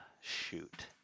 shoot